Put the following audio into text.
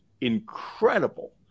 incredible